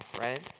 right